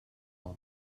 all